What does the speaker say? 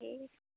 ठीक ऐ